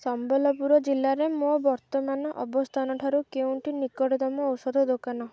ସମ୍ବଲପୁର ଜିଲ୍ଲାରେ ମୋ ବର୍ତ୍ତମାନ ଅବସ୍ଥାନଠାରୁ କେଉଁଟି ନିକଟତମ ଔଷଧ ଦୋକାନ